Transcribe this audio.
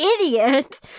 idiot